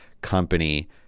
company